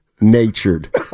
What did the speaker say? Natured